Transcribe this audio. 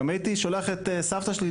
גם הייתי שולח את סבתא שלי,